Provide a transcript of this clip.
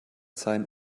seinen